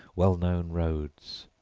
well-known roads.